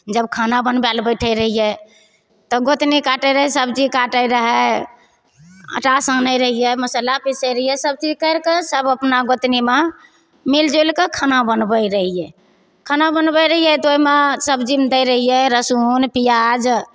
जब खाना बनबय लए बैठय रहियै तऽ गोतनी काटय रहय सब्जी काटय रहय आटा सानय रहियै मसल्ला पीसय रहियै सब चीज करिके सब अपना गोतनीमे मिलजुलिके खाना बनबय रहियै खाना बनबय रहियै तऽ ओइमे सब्जीमे दै रहियै लहसुन पियाज